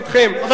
עכשיו,